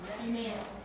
Amen